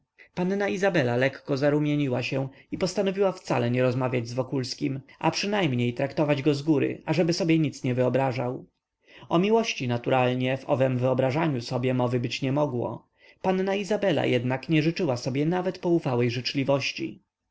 panna izabela lekko zarumieniła się i postanowiła wcale nie rozmawiać z wokulskim a przynajmniej traktować go zgóry ażeby sobie nic nie wyobrażał o miłości naturalnie w owem wyobrażeniu sobie mowy być nie mogło panna izabela jednak nie życzyła sobie nawet poufałej życzliwości